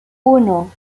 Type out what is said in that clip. uno